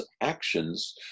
actions